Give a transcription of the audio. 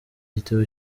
gitabo